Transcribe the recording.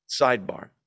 sidebar